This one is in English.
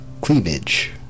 cleavage